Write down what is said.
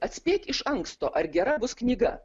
atspėk iš anksto ar gera bus knyga